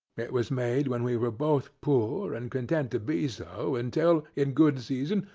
it was made when we were both poor and content to be so, until, in good season,